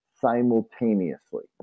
simultaneously